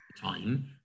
time